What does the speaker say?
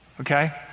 okay